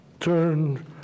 turn